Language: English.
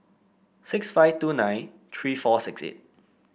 six five two nine three four six eight